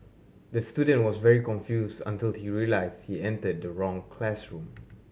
the student was very confused until he realised he entered the wrong classroom